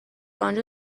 انجا